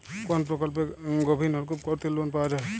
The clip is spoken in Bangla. কোন প্রকল্পে গভির নলকুপ করতে লোন পাওয়া য়ায়?